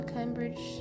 Cambridge